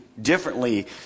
differently